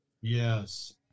Yes